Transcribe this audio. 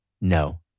No